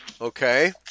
okay